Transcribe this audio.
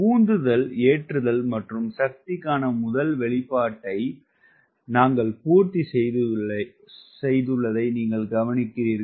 உந்துதல் ஏற்றுதல் மற்றும் சக்திக்கான முதல் வெளிப்பாட்டை நாங்கள் பூர்த்தி செய்துள்ளதை நீங்கள் கவனிக்கிறீர்கள் ஏற்றுகிறது